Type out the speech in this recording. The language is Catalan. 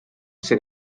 ser